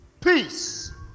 peace